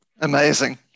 Amazing